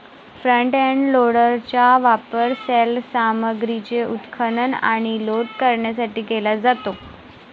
front end लोडरचा वापर सैल सामग्रीचे उत्खनन आणि लोड करण्यासाठी केला जातो